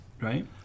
Right